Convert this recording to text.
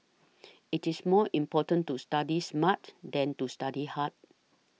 it is more important to study smart than to study hard